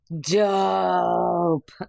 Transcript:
Dope